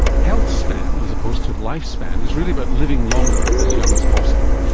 health span as opposed to life span is really about living longer as young as possible.